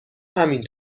همین